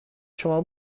شما